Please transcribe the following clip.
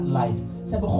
life